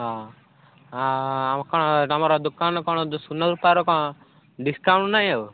ହଁ ଆଉ କ'ଣ ତୁମର ଦୋକାନ କ'ଣ ସୁନା ରୂପାର କ'ଣ ଡିସକାଉଣ୍ଟ ନାହିଁ ଆଉ